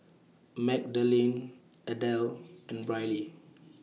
Magdalene Adelle and Brylee